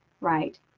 right